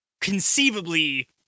conceivably